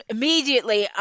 Immediately